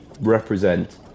represent